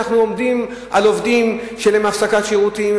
אנחנו עומדים על כך שלעובדים תהיה הפסקת שירותים,